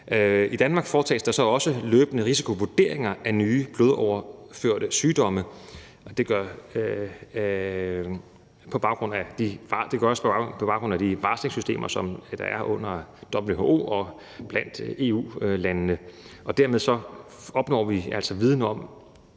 I Danmark foretages der så også løbende risikovurderinger af nye blodoverførte sygdomme, og det gøres på baggrund af de varslingssystemer, som der er under WHO og blandt EU-landene. Dermed opnår vi altså viden om